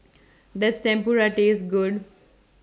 Does Tempura Taste Good